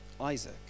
Isaac